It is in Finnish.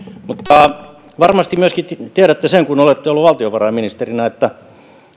varmasti myöskin tiedätte sen kun olette ollut valtiovarainministerinä että